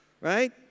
right